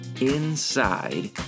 inside